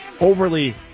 overly